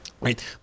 right